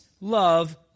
love